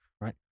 right